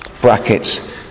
brackets